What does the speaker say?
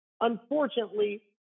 Unfortunately